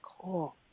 Cool